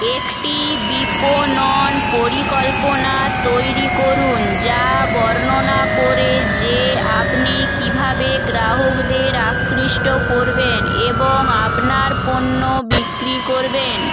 একটি বিপণন পরিকল্পনা তৈরি করুন যা বর্ণনা করে যে আপনি কীভাবে গ্রাহকদের আকৃষ্ট করবেন এবং আপনার পণ্য বিক্রি করবেন